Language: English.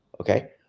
Okay